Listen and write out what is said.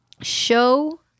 show